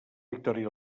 victòria